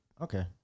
Okay